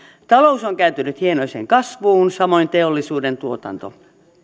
talous on kääntynyt hienoiseen kasvuun samoin teollisuuden tuotanto